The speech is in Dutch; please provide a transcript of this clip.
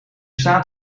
staat